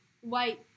White